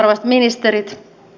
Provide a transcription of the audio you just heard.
arvoisat ministerit